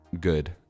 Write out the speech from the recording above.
good